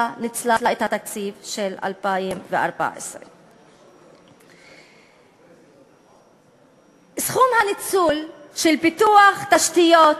ניצלה את התקציב של 2014. סכום הניצול של פיתוח תשתיות